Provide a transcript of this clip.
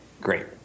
great